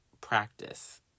practice